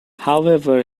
however